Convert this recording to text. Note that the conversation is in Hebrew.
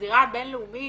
בזירה הבינלאומית